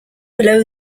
below